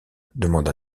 demanda